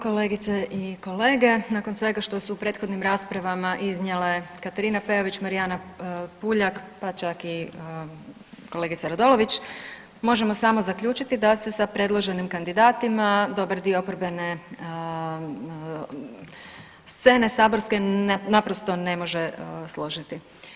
Kolegice i kolege, nakon svega što su u prethodnim raspravama iznijele Katarina Peović, Marijana Puljak pa čak i kolegica Radolović možemo samo zaključiti da se sa predloženim kandidatima dobar dio oporbene scene saborske naprosto ne može složiti.